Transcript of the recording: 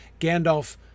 Gandalf